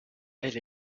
elle